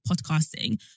podcasting